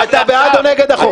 אתה בעד או נגד החוק?